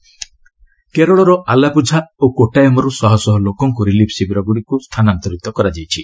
Kerala relief କେରଳର ଆଲାପୁଝା ଓ କୋଟାୟମରୁ ଶହଶହ ଲୋକଙ୍କୁ ରିଲିଫ ଶିବିରଗୁଡ଼ିକୁ ସ୍ଥାନାନ୍ତର କରାଯାଇଛି